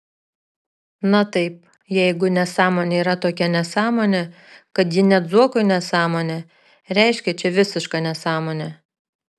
na taip jeigu nesąmonė yra tokia nesąmonė kad ji net zuokui nesąmonė reiškia čia visiška nesąmonė